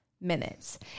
minutes